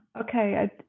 okay